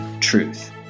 truth